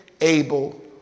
Abel